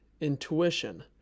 intuition